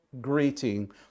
greeting